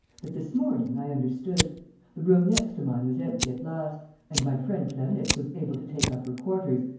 but, this morning, i understood the room next to mine was empty at last and my friend clarisse was able to take up her quarters,